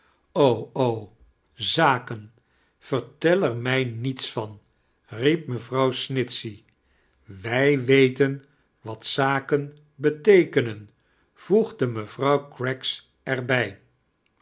er mij niets vanl riep mevrouw snitchey wij weten wat zaken beteekenem voegde mevrouw craggs er